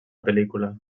pel·lícula